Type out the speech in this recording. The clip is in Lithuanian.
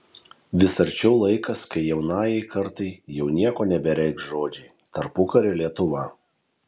vis arčiau laikas kai jaunajai kartai jau nieko nebereikš žodžiai tarpukario lietuva